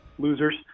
Losers